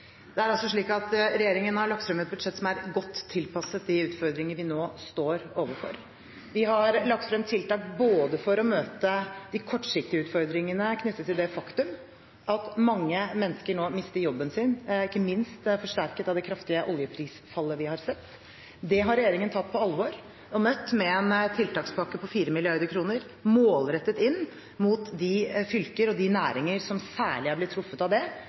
Det er altså slik at regjeringen har lagt frem et budsjett som er godt tilpasset de utfordringer vi nå står overfor. Vi har lagt frem tiltak for å møte de kortsiktige utfordringene knyttet til det faktum at mange mennesker nå mister jobben sin, ikke minst forsterket av det kraftige oljeprisfallet vi har sett. Det har regjeringen tatt på alvor og møtt med en tiltakspakke på 4 mrd. kr målrettet inn mot de fylker og næringer som særlig har blitt truffet av det,